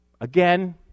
Again